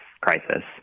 crisis